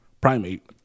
primate